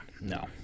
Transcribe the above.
no